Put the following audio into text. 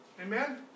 Amen